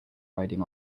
riding